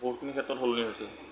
বহুতখিনি ক্ষেত্ৰত সলনি হৈছে